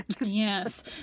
Yes